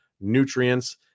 nutrients